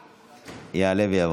ברביבאי,